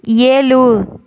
ஏழு